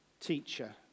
teacher